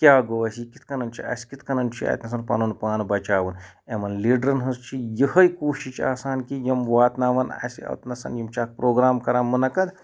کیاہ گوٚو اَسہِ یہِ کِتھ کٔنن چھُ اَسہِ کِتھ کنن چھُ اَتنَسَن پَنُن پان بَچاوُن امن لیٖڈرَن ہِنٛز چھِ یِہے کوٗشِش آسان کہِ یِم واتناوان اَسہِ اوٚتنَسَن یِم چھِ اکھ پروگرام کران منعقد